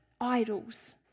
idols